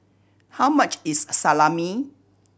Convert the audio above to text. how much is Salami